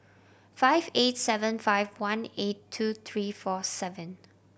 five eight seven five one eight two three four seven